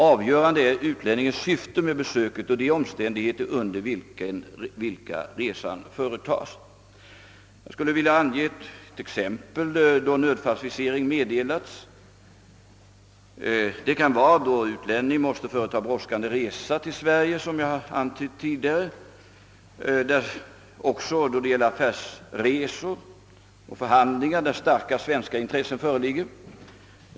Avgörande är utlänningens syfte med besöket och de omständigheter under vilka resan företas. Jag skulle vilja ange ett exempel då nödfallsvisering meddelats. Det kan vara :då en utlänning måste företa en brådskande resa till Sverige, som jag antytt tidigare. Det kan också gälla affärsresor och förhandlingar, där starka svenska intressen föreligger.